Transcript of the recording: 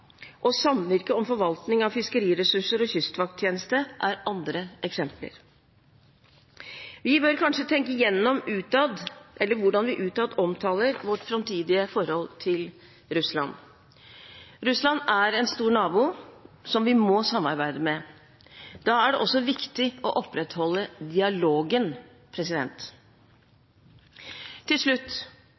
er andre eksempler. Vi bør kanskje tenke gjennom hvordan vi utad omtaler vårt framtidige forhold til Russland. Russland er en stor nabo som vi må samarbeide med. Da er det også viktig å opprettholde dialogen. Til slutt: